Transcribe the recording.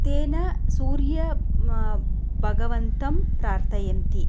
तेन सूर्यं म भगवन्तं प्रार्थयन्ति